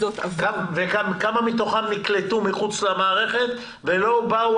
וכמה מתוכם נקלטו מחוץ למערכת ולא באו